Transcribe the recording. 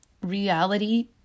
Reality